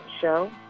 show